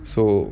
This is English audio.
so